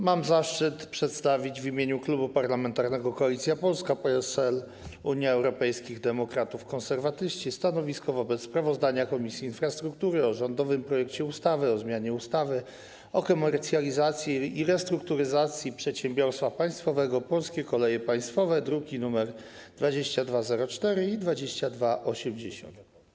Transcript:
Mam zaszczyt w imieniu Klubu Parlamentarnego Koalicja Polska - PSL, Unia Europejskich Demokratów, Konserwatyści przedstawić stanowisko wobec sprawozdania Komisji Infrastruktury o rządowym projekcie ustawy o zmianie ustawy o komercjalizacji i restrukturyzacji przedsiębiorstwa państwowego ˝Polskie Koleje Państwowe˝, druki nr 2204 i 2280.